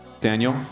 Daniel